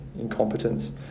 incompetence